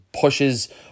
pushes